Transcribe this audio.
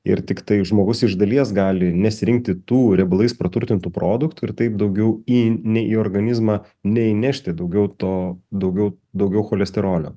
ir tiktai žmogus iš dalies gali nesirinkti tų riebalais praturtintų produktų ir taip daugiau į nei į organizmą neįnešti daugiau to daugiau daugiau cholesterolio